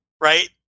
right